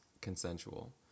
consensual